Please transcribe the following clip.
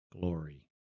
glory